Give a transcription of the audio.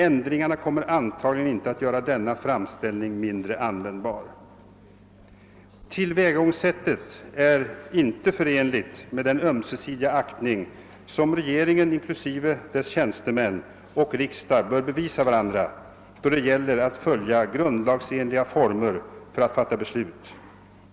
Ändringarna kommer antagligen inte att göra denna framställning mindre användbar.» Detta tillvägagångssätt är inte förenligt med den ömsesidiga aktning som regeringen inklusive dess tjänstemän och riksdagen bör visa varandra då det gäller att iaktta grundlagsenliga former för att fatta beslut.